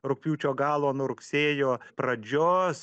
rugpjūčio galo nuo rugsėjo pradžios